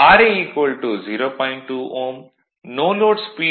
2 Ω no load speed n0 800 R